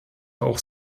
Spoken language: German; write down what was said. auch